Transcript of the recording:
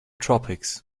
tropics